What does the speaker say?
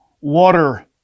Water